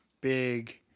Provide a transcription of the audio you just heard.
big